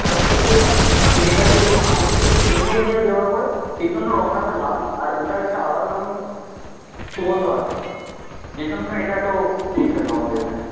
ওটা মূলত ওই চিনিটাকে ওই আগে থেকে একটু পুড়িয়ে নিয়ে দেওয়ার পরে এই জন্য রঙটা হয় লাল আর ওটার একটা আলাদা রকমের সুগন্ধ আসে যেজন্য এটা এত বিখ্যাত আমাদের এখানে